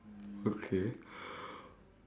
okay